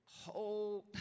hold